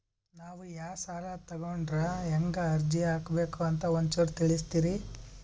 ನಾವು ಯಾ ಸಾಲ ತೊಗೊಂಡ್ರ ಹೆಂಗ ಅರ್ಜಿ ಹಾಕಬೇಕು ಅಂತ ಒಂಚೂರು ತಿಳಿಸ್ತೀರಿ?